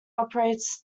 operates